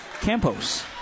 Campos